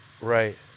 Right